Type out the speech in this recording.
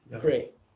Great